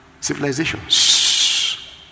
civilizations